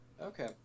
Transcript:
Okay